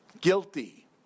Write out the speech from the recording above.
guilty